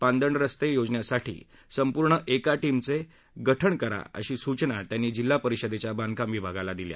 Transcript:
पांदन रस्ते योजनेसाठी संपूर्ण एका टिमचे गठण करा अशा सूचना त्यांनी जिल्हा परिषदेच्या बांधकाम विभागाला दिल्या